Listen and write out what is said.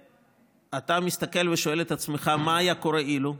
אתה מסתכל ושואל את עצמך: מה היה קורה אילו?